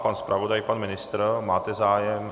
Pan zpravodaj, pan ministr, máte zájem?